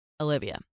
Olivia